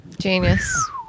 Genius